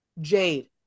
Jade